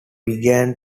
began